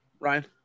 Ryan